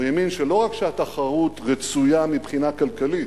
הוא האמין שלא רק שהתחרות רצויה מבחינה כלכלית,